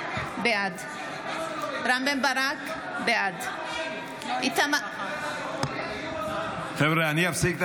בעד רם בן ברק, בעד חבר'ה, אני אפסיק את